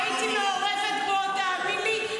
הייתי מעורבת בו, תאמין לי.